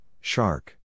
shark